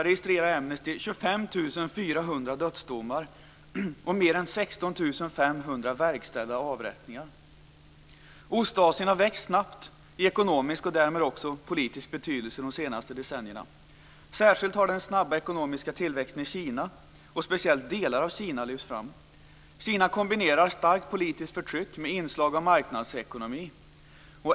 Ostasien har vuxit snabbt i ekonomisk och därmed också politisk betydelse under de senaste decennierna. Den snabba ekonomiska tillväxten i Kina, speciellt i delar av Kina, har särskilt lyfts fram. Kina kombinerar starkt politiskt förtryck med inslag av marknadsekonomi.